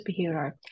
superhero